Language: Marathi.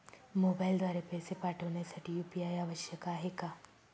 मोबाईलद्वारे पैसे पाठवण्यासाठी यू.पी.आय आवश्यक आहे का?